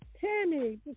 Tammy